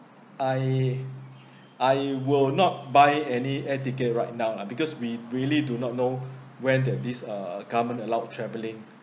I I will not buy any air ticket right now lah because we really do not know when that this uh government allows travelling